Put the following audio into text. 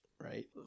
right